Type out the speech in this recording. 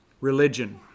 Religion